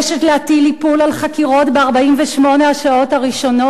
להטיל איפול על חקירות ב-48 השעות הראשונות,